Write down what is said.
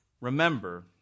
Remember